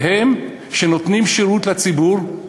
והם, שנותנים שירות לציבור,